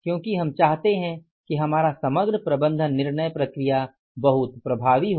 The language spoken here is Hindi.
क्योंकि हम चाहते हैं कि हमारा समग्र प्रबंधन निर्णय प्रक्रिया बहुत प्रभावी हो